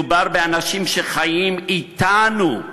מדובר באנשים שחיים אתנו,